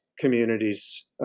communities